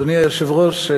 אדוני היושב-ראש,